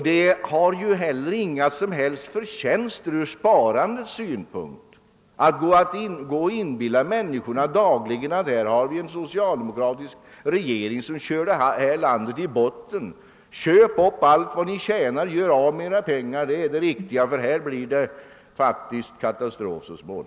Det är heller ingen fördel för sparandet att ni dagligen försöker inbilla människorna att den socialdemokratiska regeringen kör ekonomin i botten, att man bör köpa upp allt vad man tjänar därför att det så småningom blir en katastrof.